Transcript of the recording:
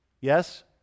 Yes